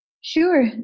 Sure